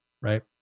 right